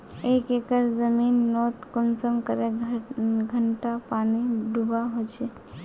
एक एकर जमीन नोत कुंसम करे घंटा पानी दुबा होचए?